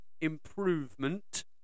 Improvement